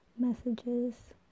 messages